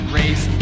race